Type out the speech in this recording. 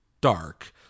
dark